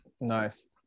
nice